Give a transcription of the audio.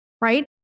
right